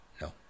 No